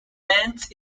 lends